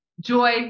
joy